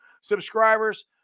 subscribers